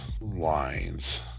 lines